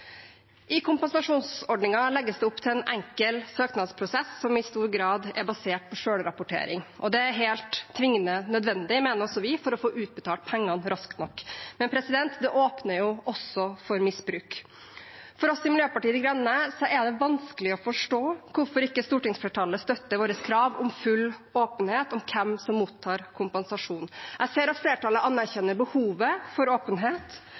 I kompensasjonsordningen legges det opp til en enkel søknadsprosess som i stor grad er basert på selvrapportering. Det er helt tvingende nødvendig, mener også vi, for å få utbetalt pengene raskt nok, men det åpner også for misbruk. For oss i Miljøpartiet De Grønne er det vanskelig å forstå hvorfor stortingsflertallet ikke støtter vårt krav om full åpenhet om hvem som mottar kompensasjon. Jeg ser at flertallet anerkjenner behovet for åpenhet